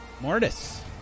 Mortis